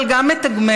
אבל גם מתגמל,